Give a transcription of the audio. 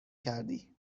کردی